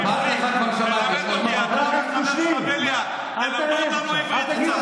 אתה וחבר שלך בליאק, תלמדו אותנו עברית